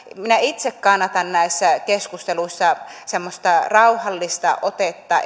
minä itse kannatan näissä keskusteluissa semmoista rauhallista otetta